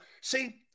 See